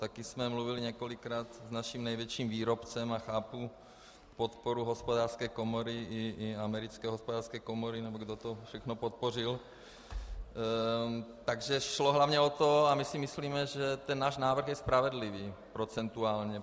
Také jsme mluvili několikrát s naším největším výrobcem a chápu podporu Hospodářské komory i americké hospodářské komory, nebo kdo to všechno podpořil, takže šlo hlavně o to, a my si myslíme, že náš návrh je spravedlivý, procentuálně.